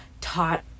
taught